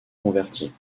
converti